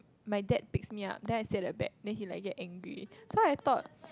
my dad picks me up then I said sit at back then he gets very angry so I thought